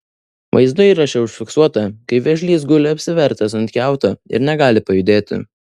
vaizdo įraše užfiksuota kaip vėžlys guli apsivertęs ant kiauto ir negali pajudėti